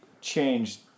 changed